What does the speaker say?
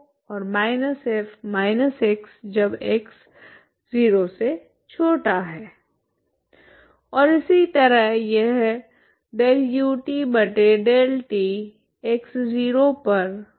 और इसी तरह यह है